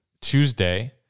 tuesday